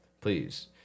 Please